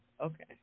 Okay